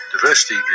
Diversity